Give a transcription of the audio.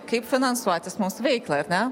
kaip finansuotis mūsų veiklą ar ne